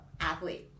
Athlete